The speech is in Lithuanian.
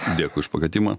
dėkui už pakvietimą